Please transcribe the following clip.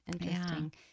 Interesting